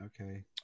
Okay